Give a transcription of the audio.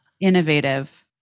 innovative